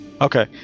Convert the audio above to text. okay